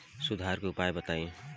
सुधार के उपाय बताई?